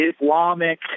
Islamic